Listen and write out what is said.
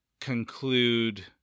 conclude